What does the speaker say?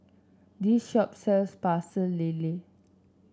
this shop sells Pecel Lele